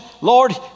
Lord